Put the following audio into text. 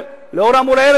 ולאור האמור לעיל,